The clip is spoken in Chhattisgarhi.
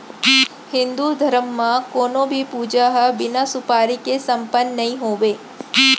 हिन्दू धरम म कोनों भी पूजा ह बिना सुपारी के सम्पन्न नइ होवय